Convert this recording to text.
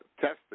testing